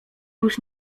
już